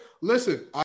Listen